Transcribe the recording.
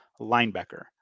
linebacker